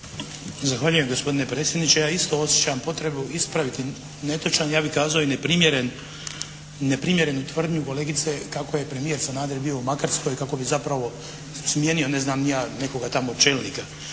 Zahvaljujem gospodine predsjedniče. Ja isto osjećam potrebu ispraviti netočan, ja bih kazao neprimjerenu tvrdnju kolegice kako je premijer Sanader bio u Makarskoj kako bi zapravo smijenio ne znam ni